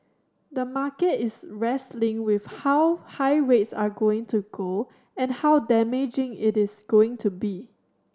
the market is wrestling with how high rates are going to go and how damaging it is going to be